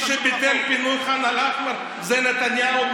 מי שביטל את פינוי ח'אן אל-אחמר זה נתניהו,